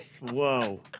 Whoa